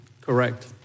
Correct